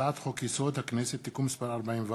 הצעת חוק-יסוד: הכנסת (תיקון מס' 44)